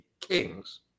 Kings